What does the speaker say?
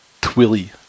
Twilly